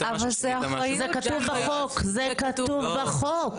זה כתוב בחוק.